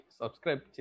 subscribe